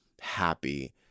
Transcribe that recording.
happy